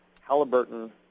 Halliburton